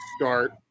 start